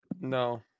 No